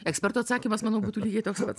eksperto atsakymas manau būtų lygiai toks pat